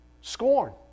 scorn